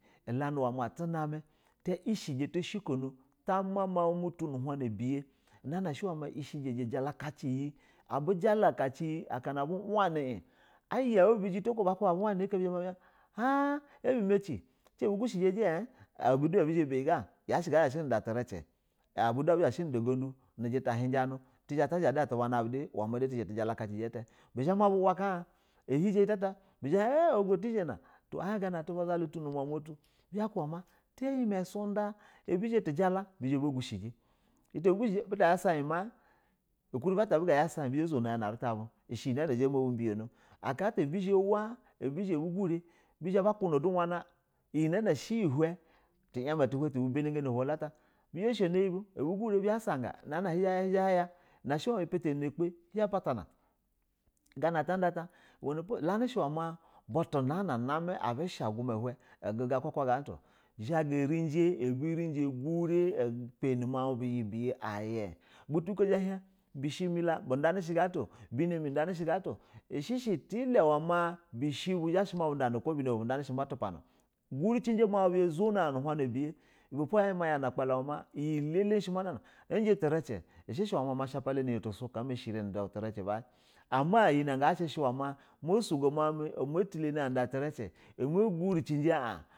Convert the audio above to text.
Ilani uwa ma atina mi ta ishiji to shikano ta ma ma utu nu ishiji jalakaci iyi abujala kaci in a bu kubu kubi jita oko yau bu kubi jito oko abu hlani iyi bizha ma bu hin er a bu maki ci a bu gushi ja ija yashi abuzha nuda trinki gab u da yashe a bu zhashe na da ugundu jita uhinjanu tizha to zha da atu bana bu tizha tu jala kaki ujita bizha ma ba ma ka bizha bah in alugo ati zhana a him atu ba nu muma tu tayi ma sunda a buzha tujala buzha ba gushi ja jita a bugushi ja buta zha sa in ma uku re bi ata abu gazha bas aba zonu un ya na ruta bu ushi iyi na zha ma bu biyono aka ata abu zha, abu zha hla bizha ba kuno ya mana ina na she ina hin tiyama ti be ta bibana gani na aka ata bizla shano yi bu buzha ba saga una shi ma hin zha kayi hin zha ha saga wani po ulan shi we ma abashi a guma he uguga kwa gana ata o zha ga rinja, a buriya zhaji upani mawu mu bu iyi biya ayi butu buko zha bah in bishe mila bu dani she gana at bn bu budani shi gana ato ishi she tela ma bishi bu uba dani bani nab u ubu dani she bat u pana gure kin jam au bu zono an nu huna biya ibe pa yama yana na akpla ishe iji triji ishe she ama shapa la ma she ra nu da triji ba am iyi na a she ma sugo mau mimi nu da trathi a ma gunkici.